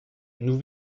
nous